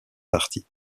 parties